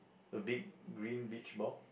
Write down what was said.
a big green beach ball